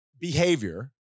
behavior